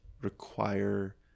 require